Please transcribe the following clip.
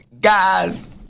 guys